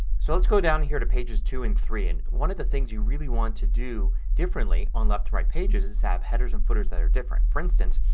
so let's go down here to pages two and three. and one of the things you really want to do differently on left and right pages is have headers and footers that are different. for instance,